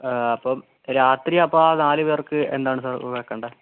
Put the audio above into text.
അപ്പം രാത്രി അപ്പം ആ നാലുപേർക്ക് എന്താണ് സർ വയ്ക്കേണ്ടേത്